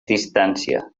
distància